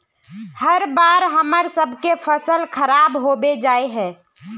हर बार हम्मर सबके फसल खराब होबे जाए है?